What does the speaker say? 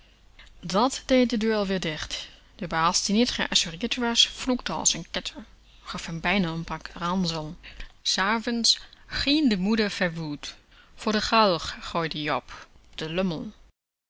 dat deed de deur alweer dicht de baas die niet geassureerd was vloekte als n ketter gaf m bijna n pak ransel s avonds griende moeder verwoed voor de galg groeide ie op de lummel